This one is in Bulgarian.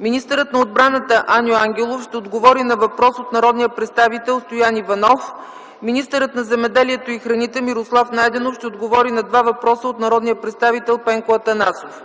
Министърът на отбраната Аню Ангелов ще отговори на въпрос от народния представител Стоян Иванов. Министърът на земеделието и храните Мирослав Найденов ще отговори на два въпроса от народния представител Пенко Атанасов.